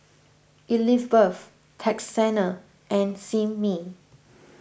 Elizbeth Texanna and Simmie